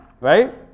right